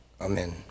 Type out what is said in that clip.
Amen